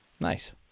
Nice